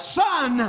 son